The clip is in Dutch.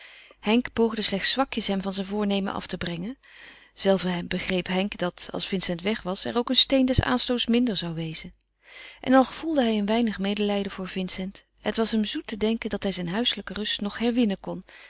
henk poogde slechts zwakjes hem van zijn voornemen af te brengen zelve begreep henk dat als vincent weg was er ook een steen des aanstoots minder zou wezen en al gevoelde hij een weinig medelijden voor vincent het was hem zoet te denken dat hij zijn huiselijke rust nog herwinnen kon